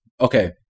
okay